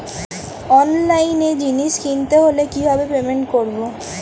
অনলাইনে জিনিস কিনতে হলে কিভাবে পেমেন্ট করবো?